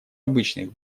обычных